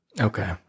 Okay